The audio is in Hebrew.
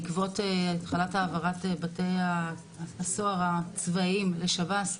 בעקבות התחלת העברת בתי הסוהר הצבאיים בשב"ס,